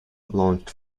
launched